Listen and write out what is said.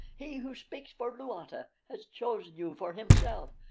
he who speaks for luata has chosen you for himself.